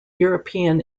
european